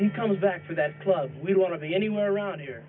he comes back to that club we want to be anywhere around here